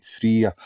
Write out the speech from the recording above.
three